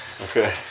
Okay